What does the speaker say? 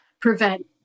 prevent